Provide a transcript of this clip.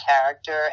character